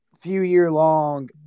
few-year-long